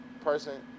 person